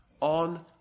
on